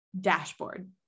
dashboard